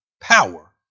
power